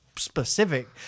specific